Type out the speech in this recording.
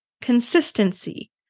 consistency